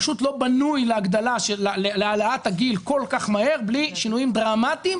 פשוט לא בנוי להעלאת הגיל כל כך מהר בלי שינויים דרמטיים,